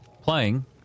playing